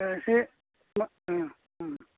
दा एसे औ औ